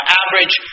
average